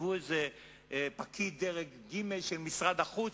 ישבו איזה פקיד דרג ג' של משרד החוץ